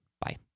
bye